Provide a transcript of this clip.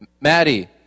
Maddie